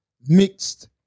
mixed